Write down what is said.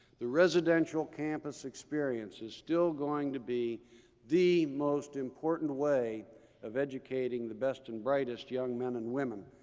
the residential campus experience is still going to be the most important way of educating the best and brightest young men and women.